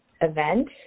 event